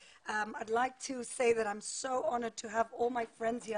אני יודע שאנחנו לא יכולים כרגע לעשות משהו אחר,